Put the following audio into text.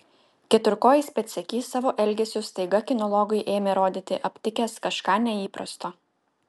keturkojis pėdsekys savo elgesiu staiga kinologui ėmė rodyti aptikęs kažką neįprasto